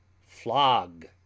flog